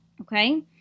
okay